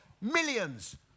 Millions